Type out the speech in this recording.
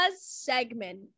segment